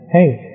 Hey